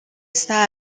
esta